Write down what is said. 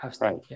right